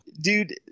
dude